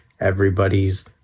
everybody's